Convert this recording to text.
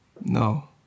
No